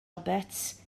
roberts